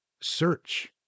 search